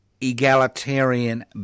egalitarian